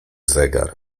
zegar